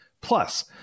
Plus